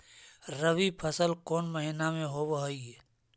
रबी फसल कोन महिना में होब हई?